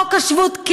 חוק השבות,